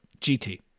gt